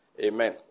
Amen